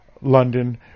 London